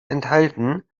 enthalten